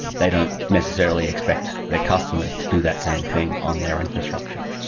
they don't necessarily expect their customers to do that same thing on their infrastructure.